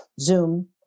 Zoom